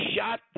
shot